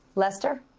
lester?